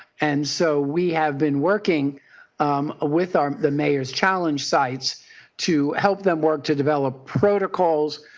and so we have been working um with um the mayors challenge sites to help them work to develop protocols,